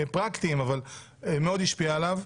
פרקטיים, אבל מאוד השפיע עליו.